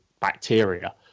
bacteria